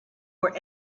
were